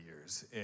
years